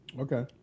Okay